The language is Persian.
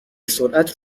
سرعت